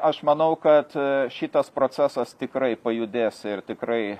aš manau kad šitas procesas tikrai pajudės ir tikrai